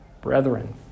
Brethren